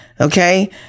okay